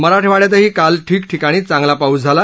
मराठवाङ्यातही काल ठिकठिकाणी चांगला पाऊस झाला